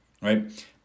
right